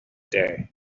day